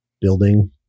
building